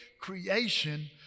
creation